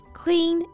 clean